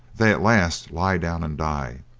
they at last lie down and die,